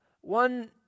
one